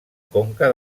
conca